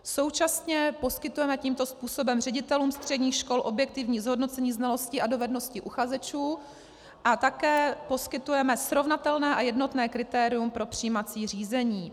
Současně poskytujeme tímto způsobem ředitelům středních škol objektivní zhodnocení znalostí a dovedností uchazečů a také poskytujeme srovnatelné a jednotné kritérium při přijímací řízení.